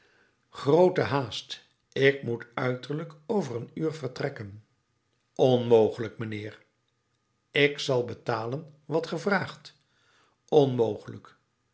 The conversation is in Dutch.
groote haast ik moet uiterlijk over een uur vertrekken onmogelijk mijnheer ik zal betalen wat ge vraagt onmogelijk